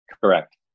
Correct